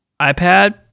ipad